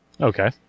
Okay